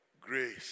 grace